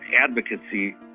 advocacy